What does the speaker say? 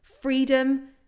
freedom